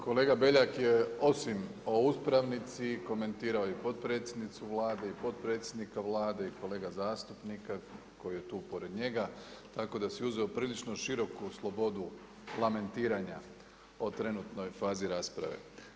Kolega Beljak je osim o uspravnici komentirao i potpredsjednicu Vlade i potpredsjednika Vlade i kolega zastupnika koji je tu pored njega tako da si je uzeo prilično široku slobodu lamentiranja o trenutnoj fazi rasprave.